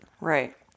Right